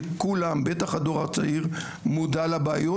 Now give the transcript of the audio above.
שכולם בטח הדור הצעיר מודע לבעיות,